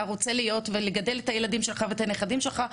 רוצה להיות ולגדל את הילדים שלך ואת הנכדים שלך,